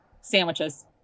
sandwiches